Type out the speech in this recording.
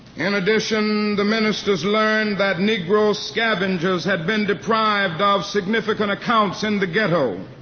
in addition, the ministers learned that negro scavengers had been deprived ah of significant accounts in the ghetto.